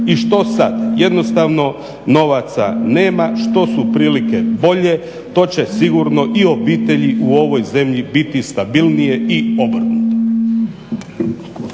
I što sad? Jednostavno novaca nema. Što su prilike bolje to će sigurno i obitelji u ovoj zemlji biti stabilnije i obrnuto.